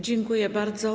Dziękuję bardzo.